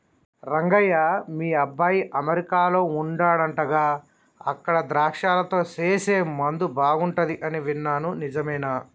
రంగయ్య మీ అబ్బాయి అమెరికాలో వుండాడంటగా అక్కడ ద్రాక్షలతో సేసే ముందు బాగుంటది అని విన్నాను నిజమేనా